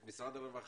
את משרד הרווחה,